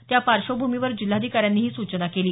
त्या पार्श्वभूमीवर जिल्हाधिकाऱ्यांनी ही सूचना केली